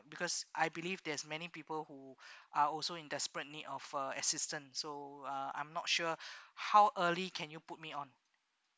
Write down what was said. because I believe there's many people who are also in desperate need of uh assistant so uh I'm not sure how early can you put me on